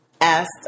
Asked